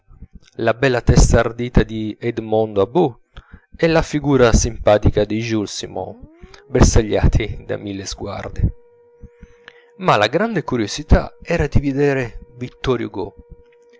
la bella testa ardita di edmondo about e la figura simpatica di jules simon bersagliati da mille sguardi ma la grande curiosità era di vedere vittor hugo